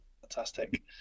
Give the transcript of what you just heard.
Fantastic